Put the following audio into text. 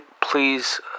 Please